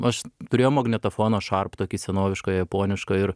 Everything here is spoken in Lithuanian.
aš turėjau magnetofoną sharp tokį senovišką japonišką ir